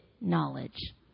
knowledge